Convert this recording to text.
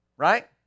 Right